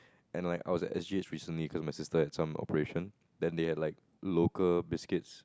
and like I was at S_G_H recently cause my sister had some operation then they have like local biscuits